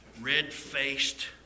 red-faced